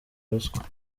ruswa